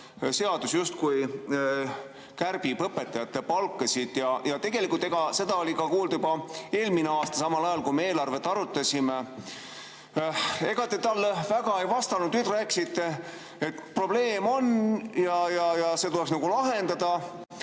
justkui kärbib õpetajate palkasid. Ja tegelikult seda oli kuulda juba eelmine aasta samal ajal, kui me eelarvet arutasime. Ega te talle väga ei vastanud. Nüüd te rääkisite, et probleem on ja see tuleks lahendada.